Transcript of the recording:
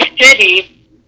City